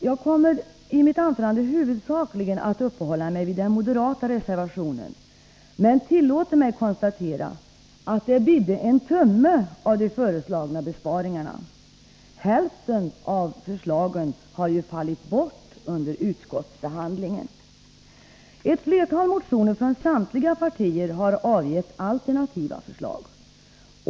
Jag kommer i mitt anförande huvudsakligen att uppehålla mig vid den moderata reservationen, men jag tillåter mig konstatera att ”det bidde en tumme” av de föreslagna besparingarna. Hälften av förslagen har ju fallit bort under utskottsbehandlingen. Ett flertal motioner från samtliga partier har avgett alternativa förslag.